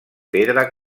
pedra